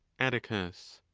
atticus.